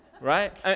Right